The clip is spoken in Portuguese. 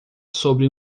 sobre